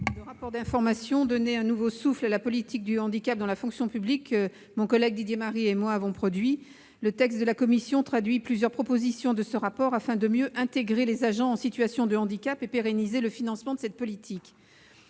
le rapport d'information intitulé « Donner un nouveau souffle à la politique du handicap dans la fonction publique », que mon collègue Didier Marie et moi-même avons rédigé. Le texte de la commission reprend plusieurs propositions de ce rapport afin de mieux intégrer les agents en situation de handicap et de pérenniser le financement de cette politique.